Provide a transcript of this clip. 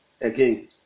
again